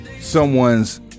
someone's